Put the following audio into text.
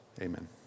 amen